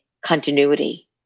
continuity